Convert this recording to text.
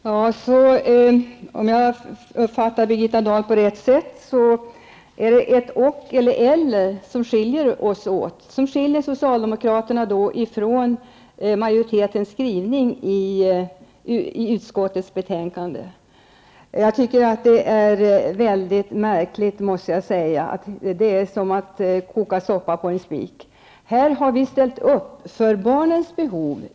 Herr talman! Om jag uppfattade Birgitta Dahl på rätt sätt är det utbytet av ordet ''och'' mot ''eller'' som skiljer socialdemokraterna ifrån majoritetens skrivning i utskottets betänkande. Jag måste säga att det är mycket märkligt. Det är som att koka soppa på en spik. Här har vi ställt upp för barnens behov.